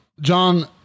John